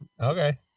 Okay